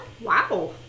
Wow